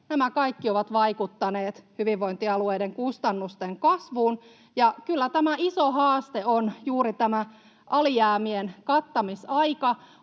Nämä kaikki ovat vaikuttaneet hyvinvointialueiden kustannusten kasvuun. Kyllä se iso haaste on juuri tämä alijäämien kattamisaika.